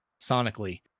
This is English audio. sonically